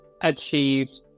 achieved